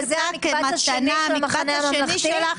זה המקבץ השני של המחנה הממלכתי?